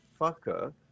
fucker